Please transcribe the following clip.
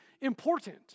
important